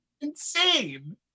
Insane